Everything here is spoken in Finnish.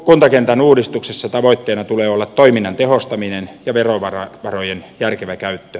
kuntakentän uudistuksessa tavoitteena tulee olla toiminnan tehostaminen ja verovarojen järkevä käyttö